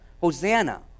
Hosanna